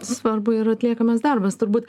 svarbu ir atliekamas darbas turbūt